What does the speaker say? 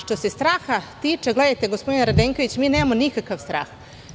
Što se straha tiče, gospodine Radenkoviću, mi nemamo nikakv strah.